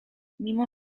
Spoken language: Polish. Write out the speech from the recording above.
mimo